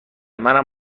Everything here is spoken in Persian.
منم